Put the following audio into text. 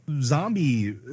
zombie